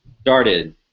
started